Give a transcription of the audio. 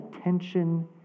attention